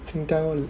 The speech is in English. Singtel